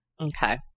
Okay